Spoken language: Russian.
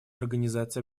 организации